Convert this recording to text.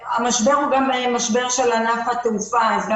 המשבר הוא גם משבר של ענף התעופה אז גם